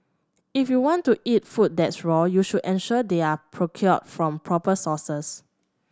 if you want to eat food that's raw you should ensure they are procured from proper sources